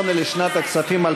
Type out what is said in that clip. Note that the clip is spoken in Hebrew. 2 לא התקבלה.